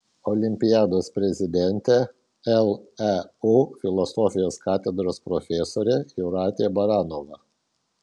olimpiados prezidentė leu filosofijos katedros profesorė jūratė baranova